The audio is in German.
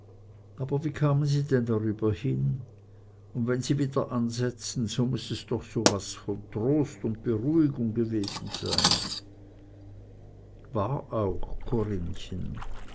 aber wie kamen sie denn darüber hin und wenn sie wieder ansetzten so muß doch so was von trost und beruhigung gewesen sein war auch corinnchen